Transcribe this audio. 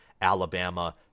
Alabama